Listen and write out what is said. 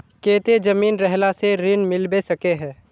केते जमीन रहला से ऋण मिलबे सके है?